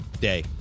Day